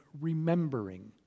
remembering